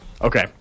Okay